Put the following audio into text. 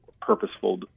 purposeful